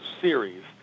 series